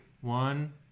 One